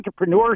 entrepreneurship